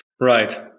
Right